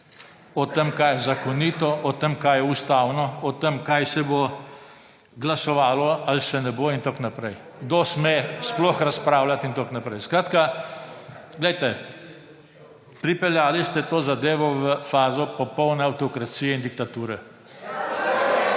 o tem, kaj je zakonito, o tem, kaj je ustavno, o tem, kaj se bo glasovalo, ali se ne bo, kdo sme sploh razpravljati in tako naprej. Glejte, pripeljali ste to zadevo v fazo popolne avtokracije in diktature.